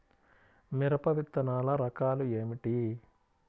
మిరప విత్తనాల రకాలు ఏమిటి?